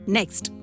Next